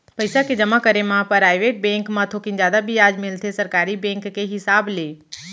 पइसा के जमा करे म पराइवेट बेंक म थोकिन जादा बियाज मिलथे सरकारी बेंक के हिसाब ले